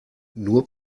nur